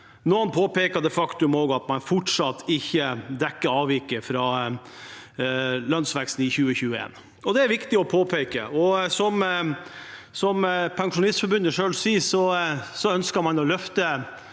som påpeker det faktum at man fortsatt ikke dekker avviket fra lønnsveksten i 2021. Det er viktig å påpeke. Som Pensjonistforbundet selv sier, ønsker man å løfte